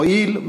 מועיל,